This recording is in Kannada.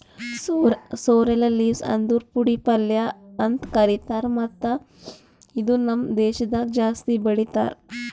ಸೋರ್ರೆಲ್ ಲೀವ್ಸ್ ಅಂದುರ್ ಪುಂಡಿ ಪಲ್ಯ ಅಂತ್ ಕರಿತಾರ್ ಮತ್ತ ಇದು ನಮ್ ದೇಶದಾಗ್ ಜಾಸ್ತಿ ಬೆಳೀತಾರ್